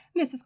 Mrs